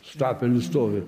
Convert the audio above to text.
stapelių stovi